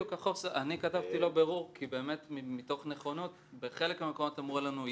בחלק מהמקומות אמרו לנו,